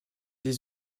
des